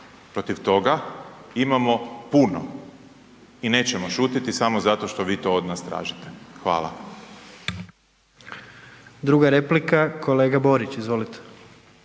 Protiv toga imamo puno i nećemo šutiti smo zato što vi to od nas tražite. Hvala. **Borić, Josip